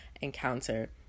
encounter